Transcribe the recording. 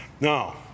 Now